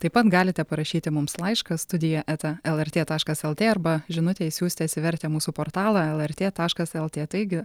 taip pat galite parašyti mums laišką studija eta lrt taškas lt arba žinutę išsiųsti atsivertę mūsų portalą lrt taškas lt taigi